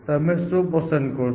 તમે શું પસંદ કરશો